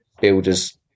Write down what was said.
builders